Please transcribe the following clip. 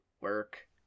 work